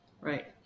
Right